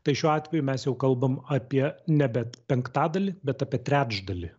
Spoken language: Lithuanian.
tai šiuo atveju mes jau kalbam apie nebe penktadalį bet apie trečdalį